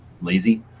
Lazy